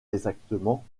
exactement